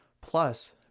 Plus